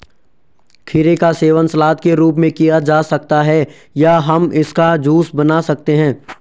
खीरे का सेवन सलाद के रूप में किया जा सकता है या हम इसका जूस बना सकते हैं